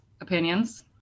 opinions